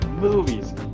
movies